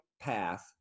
path